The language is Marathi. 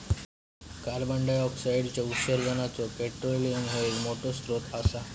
कार्बंडाईऑक्साईडच्या उत्सर्जानाचो पेट्रोलियम ह्यो एक मोठो स्त्रोत असा